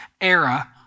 era